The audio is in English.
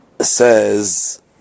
says